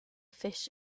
fish